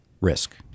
Risk